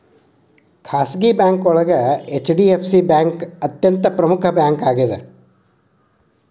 ಖಾಸಗಿ ಬ್ಯಾಂಕೋಳಗ HDFC bank ಅತ್ಯಂತ ಪ್ರಮುಖ್ ಬ್ಯಾಂಕಾಗ್ಯದ